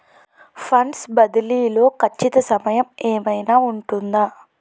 Funds బదిలీ లో ఖచ్చిత సమయం ఏమైనా ఉంటుందా?